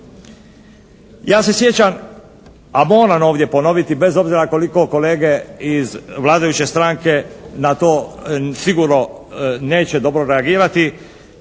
Ja se sjećam a moram ovdje ponoviti bez obzira koliko kolege iz vladajuće stranke na to sigurno neće dobro reagirati